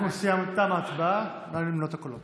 תמה ההצבעה, נא למנות את הקולות.